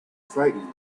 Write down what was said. frightened